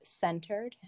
centered